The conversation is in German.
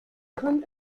kommt